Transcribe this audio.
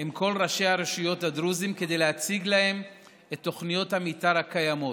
עם כל ראשי הרשויות הדרוזים כדי להציג להם את תוכניות המתאר הקיימות,